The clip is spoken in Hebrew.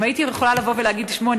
אם הייתי יכולה לבוא ולהגיד: תשמעו,